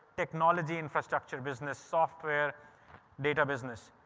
technology infrastructure business, software data business.